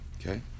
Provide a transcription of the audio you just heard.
okay